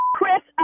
Chris